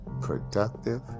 productive